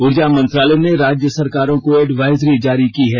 ऊर्जा मंत्रालय ने राज्य सरकारों को एडवाइजरी जारी की है